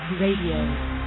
radio